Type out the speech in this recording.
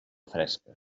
fresca